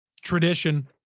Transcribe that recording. tradition